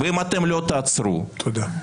ואם אתם לא תעצרו -- תודה.